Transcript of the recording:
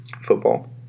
football